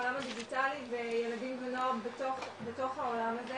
העולם הדיגיטלי וילדים והוער בתוך העולם הזה